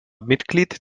mitglied